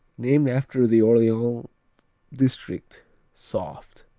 named after the orleans district soft